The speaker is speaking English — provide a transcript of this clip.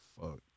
fuck